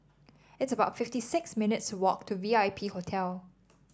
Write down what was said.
it's about fifty six minutes' walk to V I P Hotel